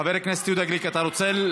חבר הכנסת יהודה גליק, אתה רוצה?